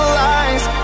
lies